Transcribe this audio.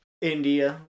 India